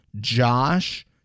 Josh